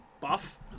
buff